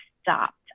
stopped